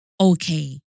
okay